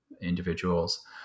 individuals